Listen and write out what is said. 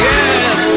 Yes